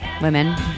women